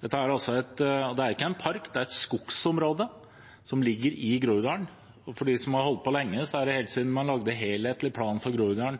er ikke en park, det er et skogsområde, som ligger i Groruddalen – og for dem som har holdt på lenge, er det slik at helt siden man lagde en helhetlig plan for Groruddalen